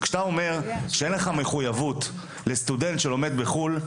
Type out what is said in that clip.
אתה אומר שאין לך מחויבות לסטודנט שלומד בחו"ל,